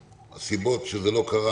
הסיבות שזה לא קרה,